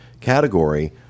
category